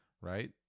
right